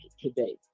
today